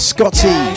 Scotty